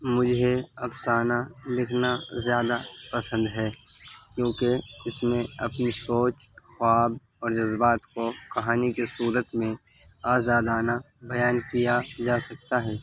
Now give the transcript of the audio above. مجھے افسانہ لکھنا زیادہ پسند ہے کیونکہ اس میں اپنی سوچ خواب اور جذبات کو کہانی کے صورت میں آزادانہ بیان کیا جا سکتا ہے